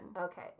Okay